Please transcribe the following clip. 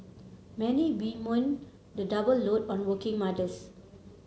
many bemoan the double load on working mothers